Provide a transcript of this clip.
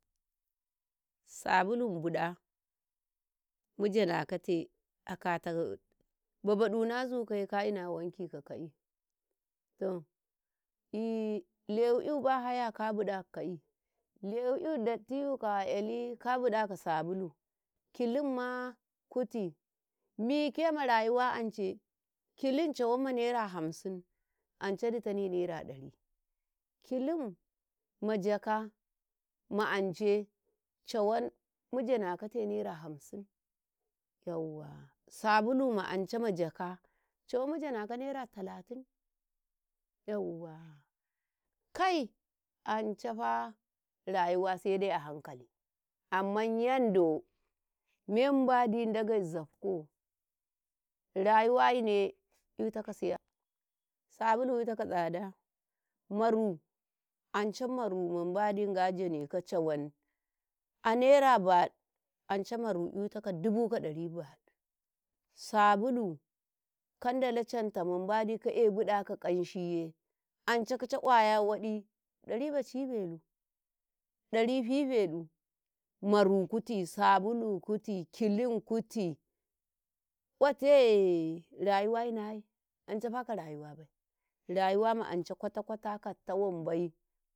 Sabulu ma buɗa mujanakate akata mabaɗu nazukaye kaina wanki ka ka'i toh lewi'yu bahaya ka buɗa ka ka'i lewi'yu dattii ka kawa ka “yali ka buɗaka sabulu, kilimma kuti mike ma rayuwa ance kilin cawan ma naira hamsim anca ditane naira ɗari kilinma jaka ma ance cawan mujanakate naira hamsin yauwa, sabulu ma anca majaka cawan mujakau naira talatin yauwa kai ancafa rayuwa saidai a hankali amman yando me mbadi, Ndagei zafko, rayuwayine itako sai sabulu itako tsaɗa, maru, anca maru mbadi Nga janekau cawan a naira ba anca maru itakau dubu ka ɗari baɗu, sabulu kadala canta mbadi ka'eh bida ka kanshiye ancakicin ƙwaya waɗi dari bacibelu, ɗari fife ɗu, maru kuti, sabulu kuti, kilin kuti, otei rayuwayi naye, ancafa ka rayuwabai, rayuwa ma'anca kwata-kwata katta wanbai.